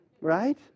right